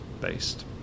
based